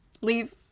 Leave